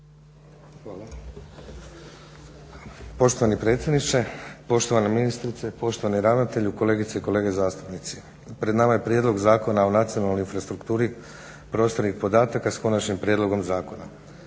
(SDP)** Poštovani predsjedniče, poštovana ministrice, poštovani ravnatelju, kolegice i kolege zastupnici. Pred nama je Prijedlog zakona o nacionalnoj infrastrukturi prostornih podataka s Konačnim prijedlogom zakona.